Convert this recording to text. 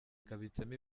kabitsemo